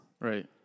right